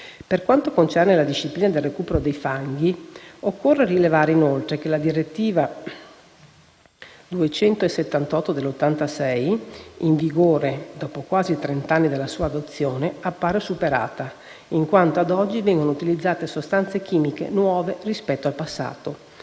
Per quanto concerne la disciplina del recupero dei fanghi, occorre rilevare inoltre che la direttiva 86/278/CEE in vigore, dopo quasi trent'anni dalla sua adozione, appare superata, in quanto ad oggi vengono utilizzate sostanze chimiche nuove rispetto al passato.